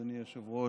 אדוני היושב-ראש,